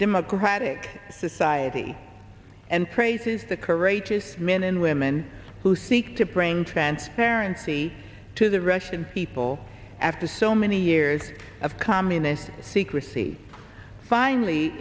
democratic society and praises the courageous men and women who seek to bring transparency to the russian people after so many years of communist secrecy finally